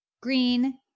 green